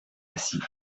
assis